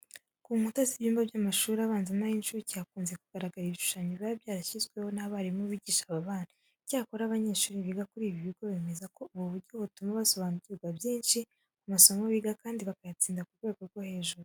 Ku nkuta z'ibyumba by'amashuri abanza n'ay'incuke, hakunze kugaragara ibishushanyo biba byarashyizweho n'abarimu bigisha aba bana. Icyakora abanyeshuri biga kuri ibi bigo bemeza ko ubu buryo butuma basobanukirwa byinshi ku masomo biga kandi bakayatsinda ku rwego rwo hejuru.